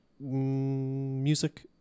music